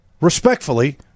respectfully